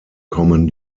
kommen